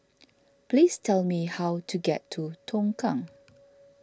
please tell me how to get to Tongkang